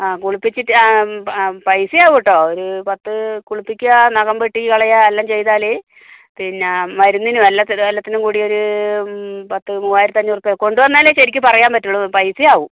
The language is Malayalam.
ആ കുളിപ്പിച്ചിട്ട് ആ പൈസ ആകും കേട്ടോ പത്ത് കുളിപ്പിക്കുക നഖം വെട്ടി കളയുക എല്ലാം ചെയ്താൽ പിന്നെ മരുന്നിനും എല്ലാത്തിനും എല്ലാത്തിനും കൂടി ഒരു പത്ത് മൂവായിരത്തി അഞ്ഞൂറു രൂപ കൊണ്ടുവന്നാൽ ശരിക്കും പറയാൻ പറ്റത്തുള്ളൂ പൈസ ആകും